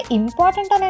important